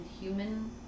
human